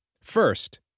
First